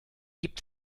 gibt